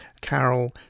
Carol